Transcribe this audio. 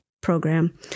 program